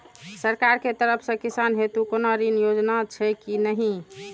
सरकार के तरफ से किसान हेतू कोना ऋण योजना छै कि नहिं?